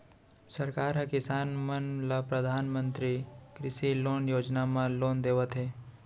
सरकार ह किसान मन ल परधानमंतरी कृषि लोन योजना म लोन देवत हे